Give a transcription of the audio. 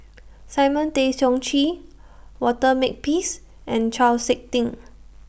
Simon Tay Seong Chee Walter Makepeace and Chau Sik Ting